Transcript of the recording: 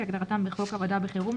כהגדרתם בחוק עבודה בחירום,